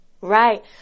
right